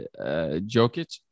jokic